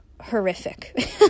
horrific